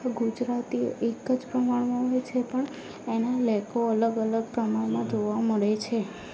તો ગુજરાતીઓ એક જ પ્રમાણમાં હોય છે પણ એના લહેકો અલગ અલગ પ્રમાણમાં જોવા મળે છે